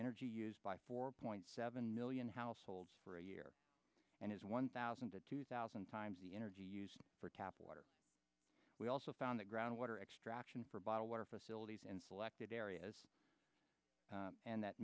energy used by four point seven million households for a year and is one thousand to two thousand times the energy used for tap water we also found the ground water extraction for bottled water facilities in selected areas and that